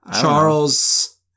Charles